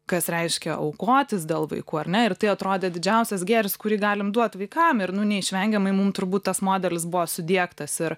kas reiškia aukotis dėl vaikų ar ne ir tai atrodė didžiausias gėris kurį galim duot vaikam ir nu neišvengiamai mum turbūt tas modelis buvo sudiegtas ir